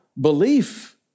belief